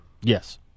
Yes